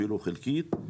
אפילו חלקית,